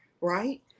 right